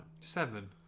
Seven